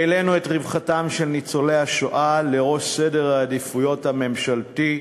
העלינו את רווחתם של ניצולי השואה לראש סדר העדיפויות הממשלתי,